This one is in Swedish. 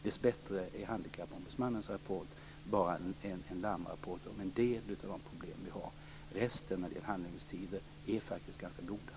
Dessbättre är Handikappombudsmannens rapport bara en larmrapport om en del av de problem vi har. För resten, när det gäller handläggningstider, är läget faktiskt ganska gott.